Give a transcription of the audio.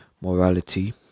morality